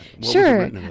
Sure